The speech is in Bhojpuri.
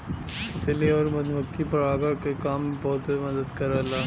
तितली आउर मधुमक्खी परागण के काम में बहुते मदद करला